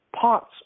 parts